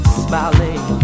smiling